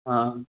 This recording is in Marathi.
हां